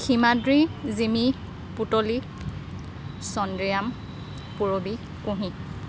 Himadri Jimmy Putli Chandriyam Purabi Kunhi